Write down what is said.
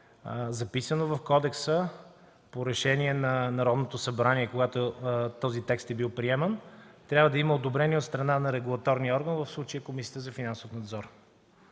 записано в кодекса по решение на Народното събрание, когато този текст е бил приеман – трябва да има одобрение от страна на регулаторния орган, в случая Комисията за финансов надзор.